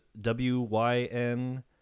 W-Y-N